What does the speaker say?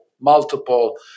multiple